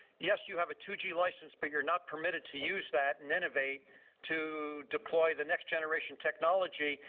yes, you have a two g license but you are not permitted to use that and innovate to deploy the next-generation technology,